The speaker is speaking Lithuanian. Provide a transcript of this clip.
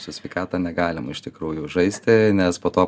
su sveikata negalima iš tikrųjų žaisti nes po to